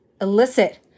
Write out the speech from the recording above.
elicit